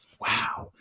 Wow